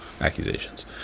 accusations